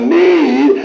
need